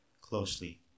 closely